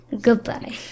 Goodbye